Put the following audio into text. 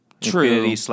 True